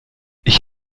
ich